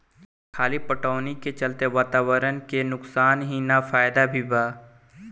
खली पटवनी के चलते वातावरण के नुकसान ही ना फायदा भी बा